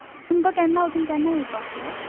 तुमकां केन्ना वचून केन्ना येवपाक जाय